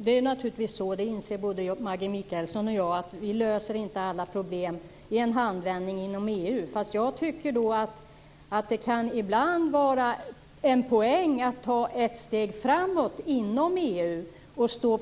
Herr talman! Vi löser naturligtvis inte alla problem i en handvändning inom EU. Det inser både Maggi Mikaelsson och jag. Men jag tycker att det ibland kan vara en poäng att ta ett steg framåt inom EU och stå